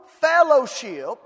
fellowship